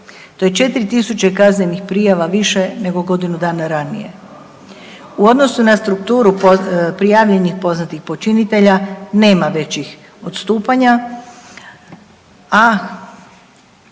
To je 4.000 kaznenih prijava više nego godinu dana ranije. U odnosu na strukturu prijavljenih poznatih počinitelja nema većih odstupanja, a